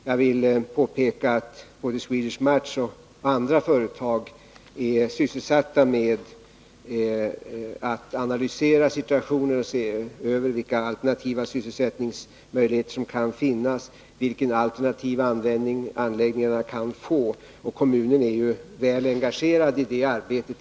Jag vill påpeka att både Swedish Match och andra företag är sysselsatta med att analysera situationen och se över vilka alternativa sysselsättningsmöjligheter som kan finnas och vilken alternativ användning anläggningarna kan få. Kommunen är också väl engagerad i det arbetet.